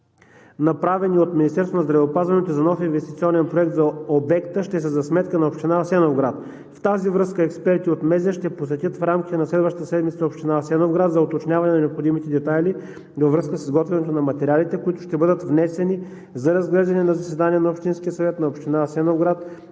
направени от Министерството на здравеопазването за нов инвестиционен проект за обекта, ще са за сметка на Община Асеновград. В тази връзка експертите от Министерството на здравеопазването ще посетят в рамките на следващата седмица Община Асеновград за уточняване на необходимите детайли във връзка с изготвянето на материалите, които ще бъдат внесени за разглеждане на заседание на Общинския съвет на Община Асеновград,